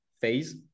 phase